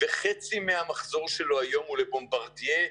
כשחצי מהמחזור שלו היום הוא לבומברדייה,